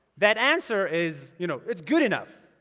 that answer is, you know, it's good enough.